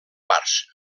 parts